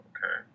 Okay